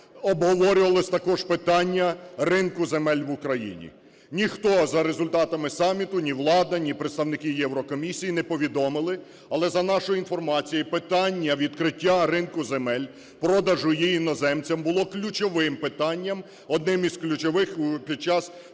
обговорювалось також питання ринку земель в Україні. Ніхто за результатами саміту: ні влада, ні представники Єврокомісії - не повідомили, але, за нашою інформацією, питання відкриття ринку земель, продажу її іноземцям було ключовим питанням, одним із ключових під час вчорашніх